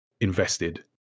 invested